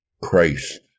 Christ